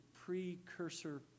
precursor